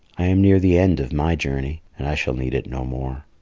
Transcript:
i am near the end of my journey, and i shall need it no more.